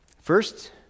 First